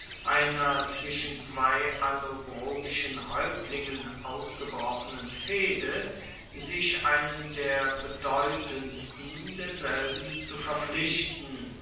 einer zwischen zwei allobrogischen haeuptlingen ausgebrochenen fehde sich einen der bedeutendsten derselben zu verpflichten